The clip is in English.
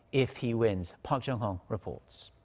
if he wins. park jong-hong reports.